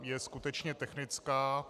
Je skutečně technická.